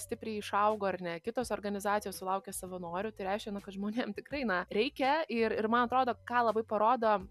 stipriai išaugo ar ne kitos organizacijos sulaukia savanorių tai reiškia na kad žmonėm tikrai na reikia ir ir man atrodo ką labai parodo